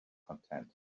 content